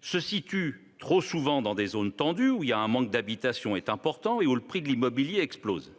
se situent trop souvent dans des zones tendues, où le manque d'habitations est important et où le prix de l'immobilier explose.